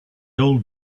old